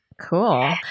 Cool